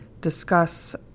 discuss